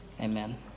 Amen